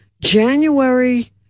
January